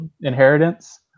inheritance